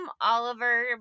Oliver